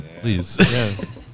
Please